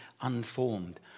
unformed